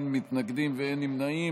אין מתנגדים ואין נמנעים.